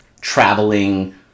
traveling